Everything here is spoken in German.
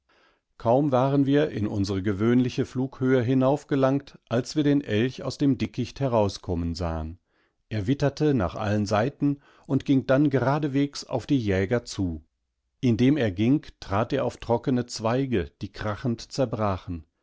kaum waren wir in unsere gewöhnliche flughöhe hinaufgelangt als wir den elchausdemdickichtherauskommensahen erwittertenachallenseitenund ging dann geradeswegs auf die jäger zu indem er ging trat er auf trockene zweige die krachend zerbrachen